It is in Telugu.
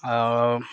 ఆ